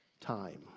time